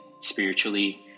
spiritually